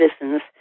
citizens